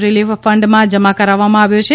relief ફંડમાં જમા કરાવવામાં આવ્યો છે